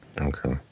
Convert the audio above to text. Okay